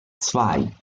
zwei